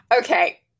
okay